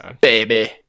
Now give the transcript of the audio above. baby